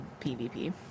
PvP